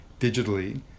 digitally